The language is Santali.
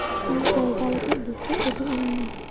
ᱤᱧ ᱡᱟᱭᱜᱟ ᱞᱟᱹᱜᱤᱫ ᱫᱤᱥᱟᱹ ᱩᱫᱩᱜ ᱟᱹᱧ ᱢᱮ